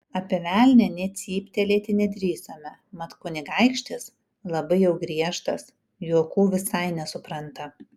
apie velnią nė cyptelėti nedrįsome mat kunigaikštis labai jau griežtas juokų visai nesupranta